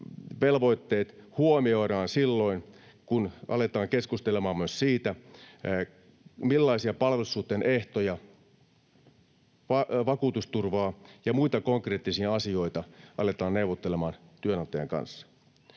velvoitteet huomioidaan silloin, kun aletaan keskustelemaan myös siitä, millaisia palvelussuhteen ehtoja, vakuutusturvaa ja muita konkreettisia asioita aletaan neuvottelemaan työnantajan kanssa.